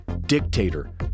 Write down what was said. dictator